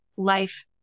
Life